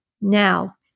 now